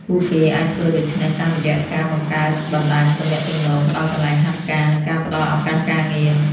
ពួកគេអាចធ្វើដូច្នេះតាមរយៈការ បង្កើតបណ្តាញទំនាក់ទំនង ផ្តល់កន្លែងហាត់ការ និងការផ្តល់ឱកាសការងារ។